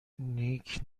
نیک